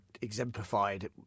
exemplified